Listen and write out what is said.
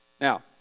Now